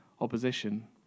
opposition